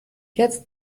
jetzt